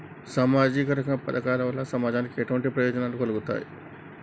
సామాజిక రంగ పథకాల వల్ల సమాజానికి ఎటువంటి ప్రయోజనాలు కలుగుతాయి?